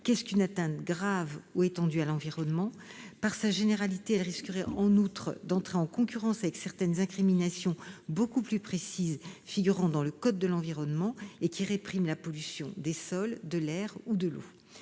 Qu'est-ce qu'une atteinte grave ou étendue à l'environnement ? Par sa généralité, elle risquerait, en outre, d'entrer en concurrence avec certaines incriminations beaucoup plus précises figurant dans le code de l'environnement et qui répriment la pollution des sols, de l'air ou de l'eau.